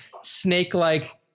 snake-like